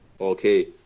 Okay